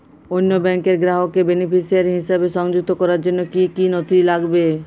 অন্য ব্যাংকের গ্রাহককে বেনিফিসিয়ারি হিসেবে সংযুক্ত করার জন্য কী কী নথি লাগবে?